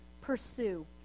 Pursue